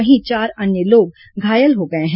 वहीं चार अन्य लोग घायल हो गए हैं